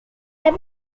have